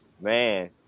man